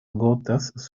gotas